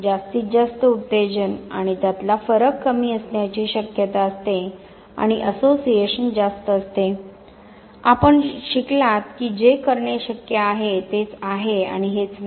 जास्तीत जास्त उत्तेजन आणि त्यातला फरक कमी असण्याची शक्यता असते आणि असोसिएशन जास्त असते आपण शिकलात की जे करणे शक्य आहे तेच आहे आणि हेच नाही